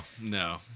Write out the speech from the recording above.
no